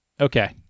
Okay